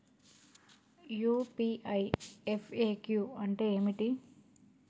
UPI FAQ అంటే ఏమిటి?